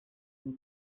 ngo